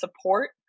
support